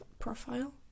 profile